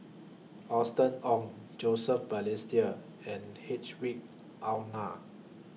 Austen Ong Joseph Balestier and Hedwig Anuar